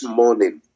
morning